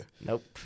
Nope